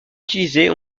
utilisés